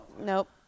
Nope